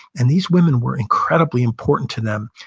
and these women were incredibly important to them.